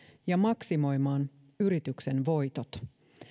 ja maksimoimaan yrityksen voitot